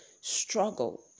struggle